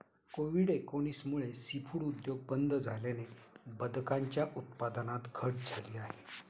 Covid एकोणीस मुळे seafood उद्योग बंद झाल्याने बदकांच्या उत्पादनात घट झाली आहे